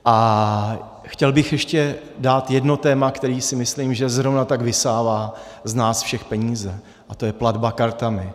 A chtěl bych ještě dát jedno téma, které si myslím, že zrovna tak vysává z nás všech peníze, a to je platba kartami.